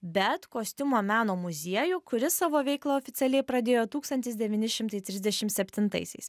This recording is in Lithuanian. bet kostiumo meno muziejų kuris savo veiklą oficialiai pradėjo tūkstantis devyni šimtai trisdešim septintaisiais